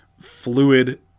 fluid